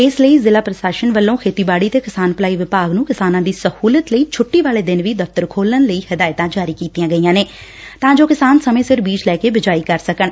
ਇਸ ਲਈ ਜ਼ਿਲਾ ਪੁਸ਼ਾਸਨ ਵੱਲੋਂ ਖੇਤੀਬਾੜੀ ਤੇ ਕਿੱਸਾਨ ਭਲਾਈ ਵਿਭਾਗ ਨੰ ਕਿਸਾਨਾਂ ਦੀ ਸਹੁਲਤ ਲਈ ਛੱਟੀ ਵਾਲੇ ਦਿਨ ਵੀ ਦਫ਼ਤਰ ਖੋਲੁਣ ਲਈ ਹਦਾਇਤਾ ਜਾਰੀ ਕੀਤੀਆ ਗਈਆ ਨੇ ਤਾ ਜੋ ਕਿਸਾਨ ਸਮੇ ਸਿਰ ਬੀਜ ਲੈ ਕੇ ਬਿਜਾਈ ਕਰ ਸਕਣ